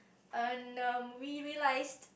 and um we realize